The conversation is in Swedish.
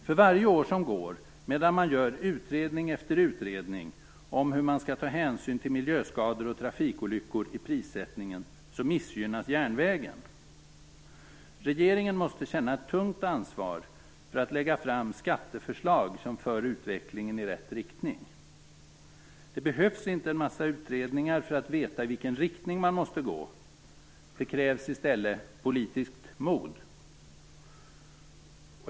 För varje år som går medan man gör utredning efter utredning om hur man skall ta hänsyn till miljöskador och trafikolyckor i prissättningen missgynnas järnvägen. Regeringen måste känna ett tungt ansvar för att lägga fram skatteförslag som för utvecklingen i rätt riktning. Det behövs inte en massa utredningar för att veta i vilken riktning man måste gå. Det krävs i stället politiskt mod.